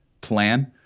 plan